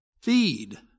feed